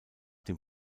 dem